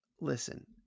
Listen